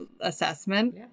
assessment